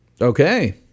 Okay